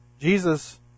Jesus